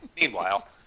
Meanwhile